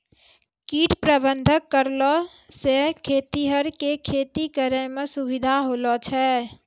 कीट प्रबंधक करलो से खेतीहर के खेती करै मे सुविधा होलो छै